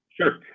Sure